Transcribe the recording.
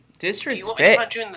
Disrespect